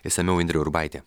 išsamiau indrė urbaitė